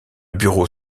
bureau